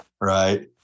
Right